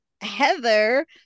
Heather